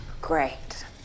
Great